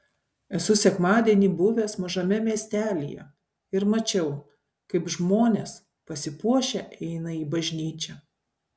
esu sekmadienį buvęs mažame miestelyje ir mačiau kaip žmonės pasipuošę eina į bažnyčią